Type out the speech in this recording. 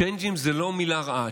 צ'יינג'ים זה לא מילה רעה.